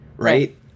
Right